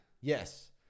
Yes